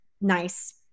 nice